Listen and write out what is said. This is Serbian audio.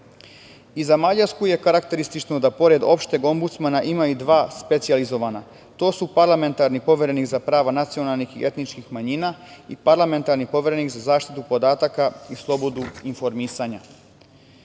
Mađarsku je karakterisano da, pored opšteg Ombudsmana, ima i dva specijalizovana. To su parlamentarni poverenik za prava nacionalnih i etničkih manjina i parlamentarni poverenik za zaštitu podataka i slobodu informisanja. Kao